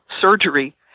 surgery